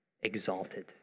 exalted